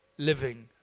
living